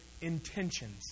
intentions